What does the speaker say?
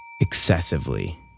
excessively